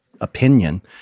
opinion